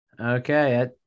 Okay